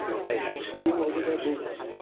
and they had steel over their boots.